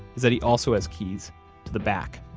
is that he also has keys to the back.